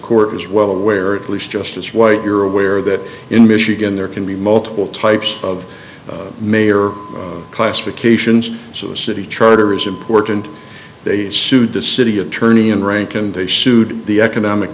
court was well aware at least justice white you're aware that in michigan there can be multiple types of mayor classifications so the city charter is important they sued the city attorney in rank and they sued the economic